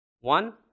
One